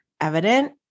evident